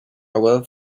hywel